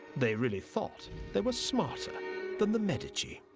they really thought they were smarter than the medici.